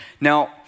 Now